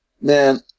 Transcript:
man